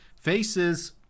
faces